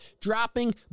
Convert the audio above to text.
dropping